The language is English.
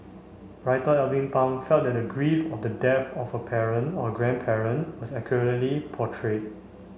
writer Alvin Pang felt that the grief of the death of a parent or a grandparent was accurately portrayed